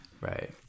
Right